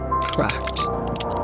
cracked